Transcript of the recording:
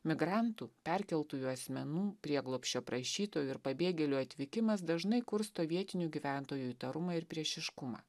migrantų perkeltųjų asmenų prieglobsčio prašytojų ir pabėgėlių atvykimas dažnai kursto vietinių gyventojų įtarumą ir priešiškumą